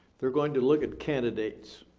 they're going to look at candidates.